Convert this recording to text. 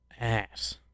ass